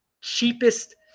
cheapest